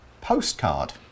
postcard